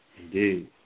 Indeed